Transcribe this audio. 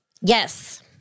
Yes